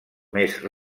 més